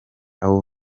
abo